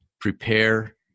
prepare